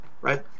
right